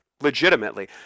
legitimately